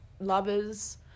lovers